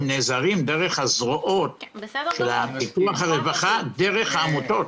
הם נעזרים דרך הזרועות של הרווחה דרך העמותות.